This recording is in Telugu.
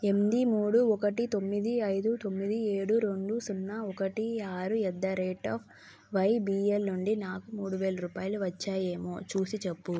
ఎనిమిది మూడు ఒకటి తొమ్మిది ఐదు తొమ్మిది ఏడు రెండు సున్నా ఒకటి ఆరు at the rate of YBL నుండి నాకు మూడువేల రూపాయలు వచ్చాయేమో చూసి చెప్పుము